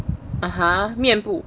(uh huh) 面部